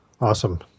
Awesome